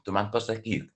tu man pasakyk